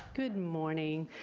good morning.